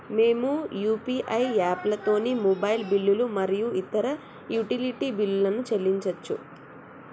మేము యూ.పీ.ఐ యాప్లతోని మొబైల్ బిల్లులు మరియు ఇతర యుటిలిటీ బిల్లులను చెల్లించచ్చు